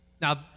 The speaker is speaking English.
Now